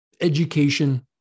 education